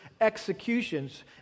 executions